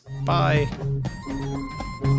Bye